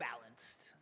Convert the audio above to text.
balanced